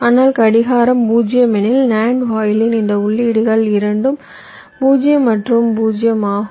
ஆனால் கடிகாரம் 0 எனில் NAND வாயிலின் இந்த உள்ளீடுகள் இரண்டும் 0 மற்றும் 0 ஆகும்